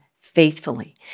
faithfully